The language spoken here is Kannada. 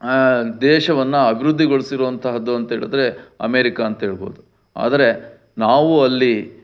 ದೇಶವನ್ನು ಅಭಿವೃದ್ಧಿಗೊಳ್ಸಿರೋ ಅಂತಹದ್ದು ಅಂತೇಳಿದ್ರೆ ಅಮೇರಿಕಾ ಅಂತ ಹೇಳ್ಬೋದು ಆದರೆ ನಾವು ಅಲ್ಲಿ